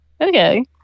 Okay